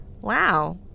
Wow